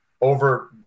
over